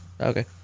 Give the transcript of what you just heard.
Okay